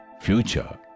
future